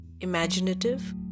imaginative